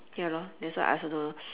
ya lor that's why I also don't know